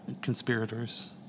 conspirators